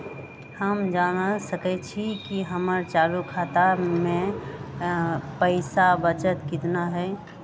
हम जान सकई छी कि हमर चालू खाता में पइसा बचल कितना हई